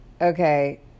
okay